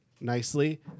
nicely